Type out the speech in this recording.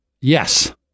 Yes